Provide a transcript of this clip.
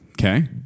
Okay